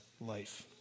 life